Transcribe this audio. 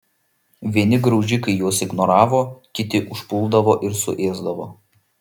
vieni graužikai juos ignoravo kiti užpuldavo ir suėsdavo